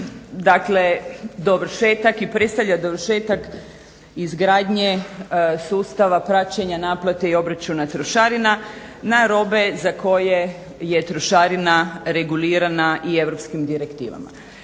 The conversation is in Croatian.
on je dovršetak i predstavlja dovršetak izgradnje sustava praćenja naplate i obračuna trošarina na robe za koje je trošarina regulirana i europskim direktivama.